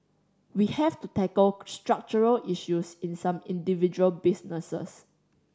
we have to tackle structural issues in some individual businesses